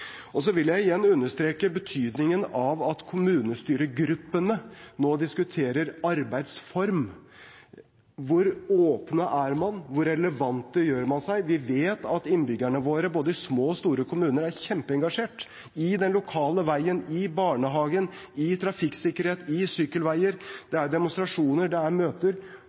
Så vil jeg igjen understreke betydningen av at kommunestyregruppene nå diskuterer arbeidsform – hvor åpne er man, og hvor relevante gjør man seg? Vi vet at innbyggerne våre i både små og store kommuner er kjempeengasjert i den lokale veien, i barnehagen, i trafikksikkerhet, i sykkelveier – det er demonstrasjoner, det er møter.